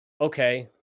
Okay